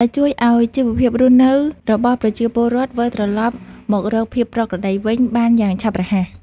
ដែលជួយឱ្យជីវភាពរស់នៅរបស់ប្រជាពលរដ្ឋវិលត្រឡប់មករកភាពប្រក្រតីវិញបានយ៉ាងឆាប់រហ័ស។